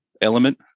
element